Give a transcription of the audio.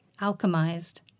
alchemized